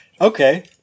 Okay